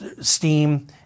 steam